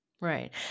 Right